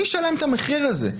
מי ישלם את המחיר הזה.